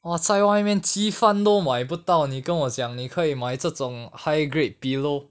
!wah! 在外面鸡饭都买不到你跟我讲你可以买这种 higher grade pillow